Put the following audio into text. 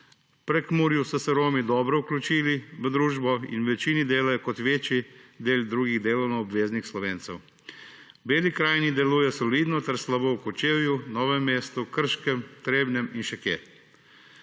Prekmurju so se Romi dobro vključili v družbo in v večini delajo kot večji del drugih delovnoobveznih Slovencev. V Beli krajini delujejo solidno ter slabo v Kočevju, Novem mestu, Krškem, Trebnjem in še